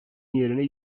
yerine